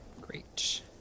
Great